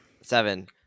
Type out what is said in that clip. Seven